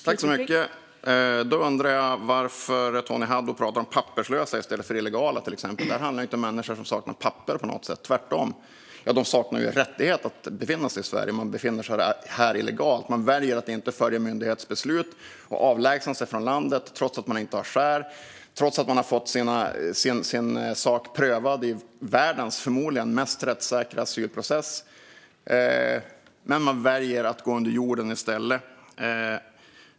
Fru talman! Då undrar jag varför Tony Haddou talar om "papperslösa" i stället för "illegala". Det handlar ju inte om människor som på något sätt saknar papper, tvärtom. Ja, de saknar rättighet att befinna sig i Sverige, men de befinner sig här illegalt. De väljer att inte följa myndighetsbeslut och avlägsna sig från landet, trots att de inte har skäl och har fått sin sak prövad i förmodligen världens mest rättssäkra asylprocess. Men de väljer att i stället gå under jord.